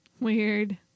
Weird